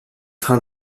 train